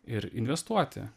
ir investuoti